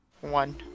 One